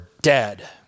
dead